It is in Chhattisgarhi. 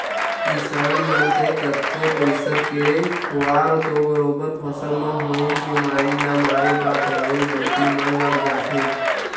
किसान मन के कतको पइसा के खुवार तो बरोबर फसल म होवई बेमारी ल मारे बर दवई बूटी म लग जाथे